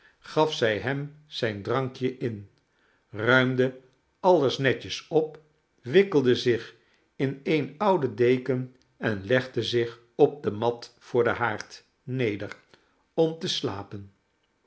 gaf zij hem zijn drankje in ruimde alles netjes op wikkelde zich in eene oude deken en legde zich op de mat voor den haard neder om te slapen